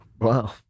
Wow